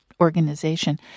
organization